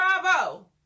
Bravo